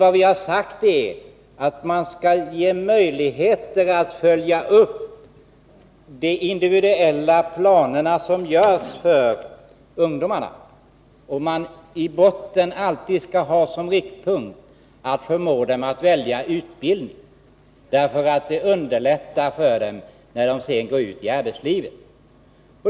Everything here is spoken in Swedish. Vad vi har sagt är att man skall ge möjligheter att följa upp de individuella planerna för ungdomarna. Man skall alltid ha som riktpunkt att förmå dem att välja utbildning, eftersom det underlättar för dem när de sedan går ut i arbetslivet.